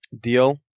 deal